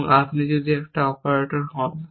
এবং আপনি যদি একজন অপারেটর হন